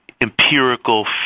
empirical